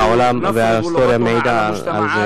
והעולם וההיסטוריה מעידים על זה.